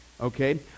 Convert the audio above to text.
Okay